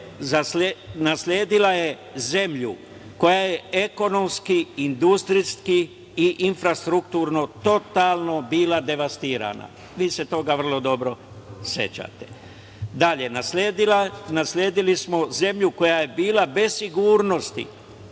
nasledila je zemlju koja je ekonomski, industrijski i infrastrukturno totalno bila devastirana. Vi se toga vrlo dobro sećate. Dalje, nasledili smo zemlju koja je bila bez sigurnosti